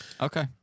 Okay